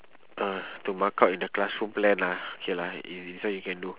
oh to mark out in the classroom plan lah K lah easy this one you can do